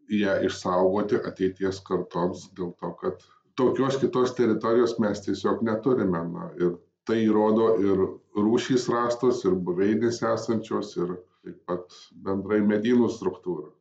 ją išsaugoti ateities kartoms dėl to kad tokios kitos teritorijos mes tiesiog neturime na ir tai rodo ir rūšys rastos ir buveinės esančios ir taip pat bendrai medynų struktūra